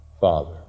Father